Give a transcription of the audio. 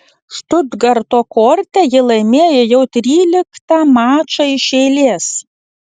štutgarto korte ji laimėjo jau tryliktą mačą iš eilės